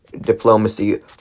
diplomacy